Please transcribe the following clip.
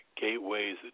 Gateways